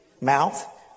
mouth